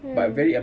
hmm